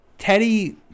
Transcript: Teddy